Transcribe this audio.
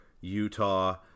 Utah